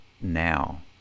now